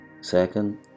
Second